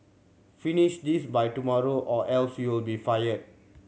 finish this by tomorrow or else you'll be fired